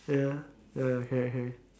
ya ya okay okay